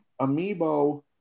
amiibo